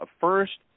first